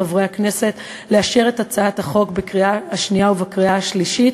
מחברי הכנסת לאשר את הצעת החוק בקריאה השנייה ובקריאה השלישית,